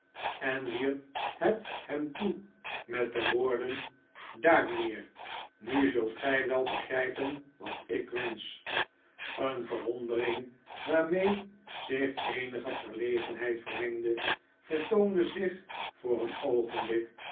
en wierp het hem toe met de woorden daar mijnheer nu zult gij wel begrijpen wat ik wensch een verwondering waarmee zich eenige verlegenheid vermengde vertoonde zich voor een oogenblik